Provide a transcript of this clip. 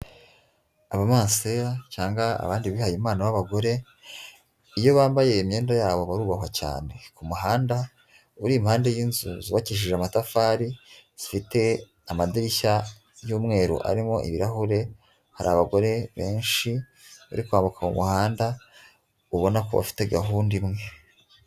Abamansera cyangwa abandi bihaye Imana b'abagore, iyo bambaye imyenda yabo barubahwa cyane. Ku muhanda uri impande y'inzu zubakishije amatafari, zifite amadirishya y'umweru arimo ibirahure, hari abagore benshi bari kwambuka mu muhanda, ubona ko bafite gahunda imwe.